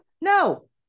No